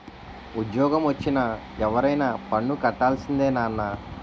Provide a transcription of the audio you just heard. ఉజ్జోగమొచ్చిన ఎవరైనా పన్ను కట్టాల్సిందే నాన్నా